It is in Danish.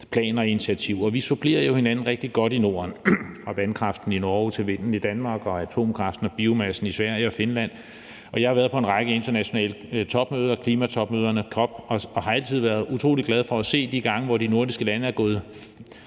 planer og initiativer. Vi supplerer jo hinanden rigtig godt i Norden fra vandkraften i Norge til vinden i Danmark og atomkraften og biomassen i Sverige og Finland, og jeg har været på en række internationale klimatopmøder og har altid været utrolig glad for de gange, hvor de nordiske lande er gået